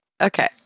Okay